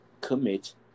commit